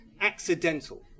accidental